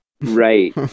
Right